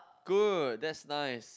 good that's nice